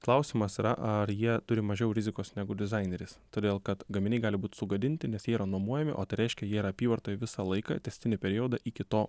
klausimas yra ar jie turi mažiau rizikos negu dizaineris todėl kad gaminiai gali būt sugadinti nes jie yra nuomuojami o tai reiškia jie yra apyvartoj visą laiką tęstinį periodą iki to